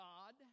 God